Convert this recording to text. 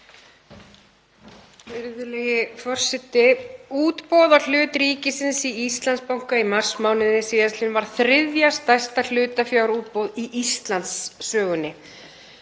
Útboð á hlut ríkisins í Íslandsbanka í marsmánuði sl. var þriðja stærsta hlutafjárútboð í Íslandssögunni.